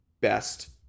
best